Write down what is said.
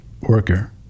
worker